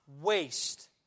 waste